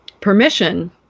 permission